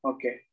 Okay